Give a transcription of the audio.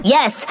Yes